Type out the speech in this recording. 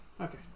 Okay